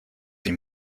sie